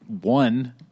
one